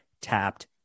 tapped